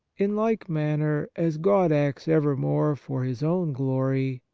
in like manner as god acts evermore for his own glory,